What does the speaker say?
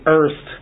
earth